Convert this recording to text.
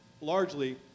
Largely